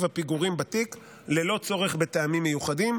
הפיגורים בתיק ללא צורך בטעמים מיוחדים,